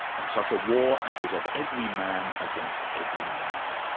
and such a war as is of every man against every man.